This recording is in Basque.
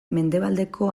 mendebaldeko